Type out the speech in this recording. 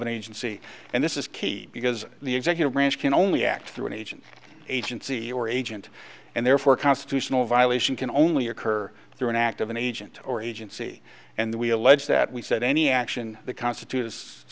an agency and this is key because the executive branch can only act through an agent agency or agent and therefore a constitutional violation can only occur through an act of an agent or agency and we allege that we set any action the constitut